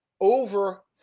over